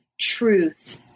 truth